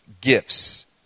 gifts